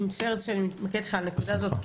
מצטערת שאני מתעכבת איתך על הנקודה הזאת,